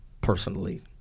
personally